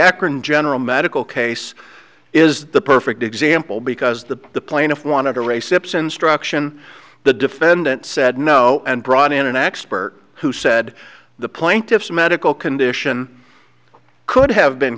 akron general medical case is the perfect example because the the plaintiff want to race tips instruction the defendant said no and brought in an expert who said the plaintiff's medical condition could have been